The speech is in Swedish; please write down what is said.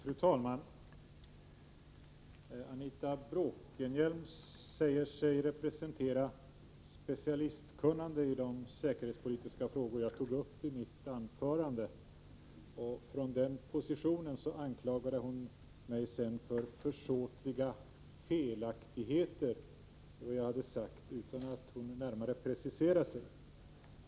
Fru talman! Anita Bråkenhielm säger sig representera specialistkunnande i de säkerhetspolitiska frågor som jag tog upp i mitt anförande. Från den positionen anklagade hon mig för försåtliga felaktigheter i det som jag har sagt utan att hon närmare preciserade sig.